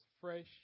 fresh